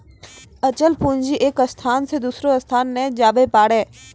अचल पूंजी एक स्थान से दोसरो स्थान नै जाबै पारै